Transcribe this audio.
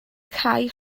cae